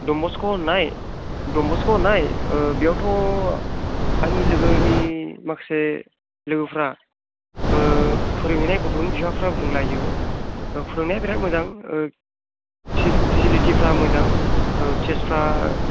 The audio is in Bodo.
डन बस्क' होननाय डन बस्क' होननाय बेयावथ' आंनि लोगोनि माखासे लोगोफोरा फोरोंहैनाय गथ'नि बिफाफोरा बुंलायो फोरोंनाया बिराद मोजां फेसिलिटिफोरा मोजां केसफ्रा